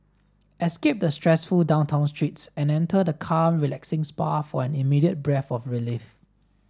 escape the stressful downtown streets and enter the calm relaxing spa for an immediate breath of relief